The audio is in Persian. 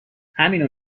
همینو